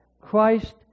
Christ